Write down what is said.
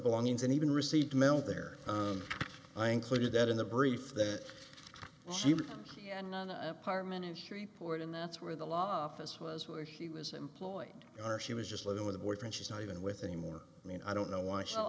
belongings and even received mail there i included that in the brief that she becomes apartment in shreveport and that's where the law office was where he was employed or she was just living with a boyfriend she's not even with anymore i mean i don't know why